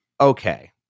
okay